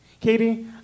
Katie